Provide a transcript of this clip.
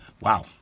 Wow